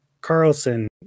Carlson